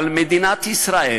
אבל מדינת ישראל